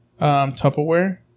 Tupperware